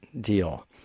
deal